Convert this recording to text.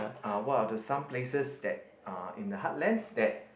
uh what are the some places that uh in the heartlands that